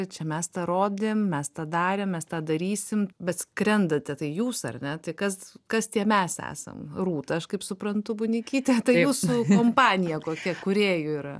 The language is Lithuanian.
čia mes tą rodėm mes tą darėm mes tą darysim bet skrendate tai jūs ar ne tai kas kas tie mes esam rūta aš kaip suprantu bunikytė tai jūsų kompanija kokia kūrėjų yra